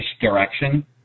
direction